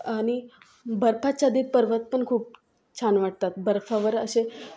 आणि बर्फाच्छादित पर्वत पण खूप छान वाटतात बर्फावर असे